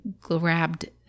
grabbed